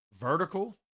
vertical